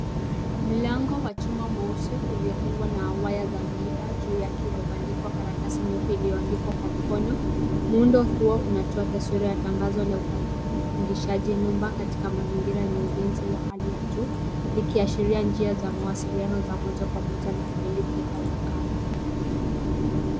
Milango wa chuma mweusi uliofungwa na waya za miiba juu yake umebandikwa karatasi nyeupe ulioandikwa kwa mkono. Muundo huo unatoa taswira ya tangazo wa upangishaji nyumba katika mazingira enye ulinzi wa hali ya juu, ikiashiria njia za mawasiliano za moja kwa moja na miliki ya hawakana.